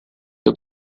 the